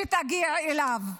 תגיע אליו.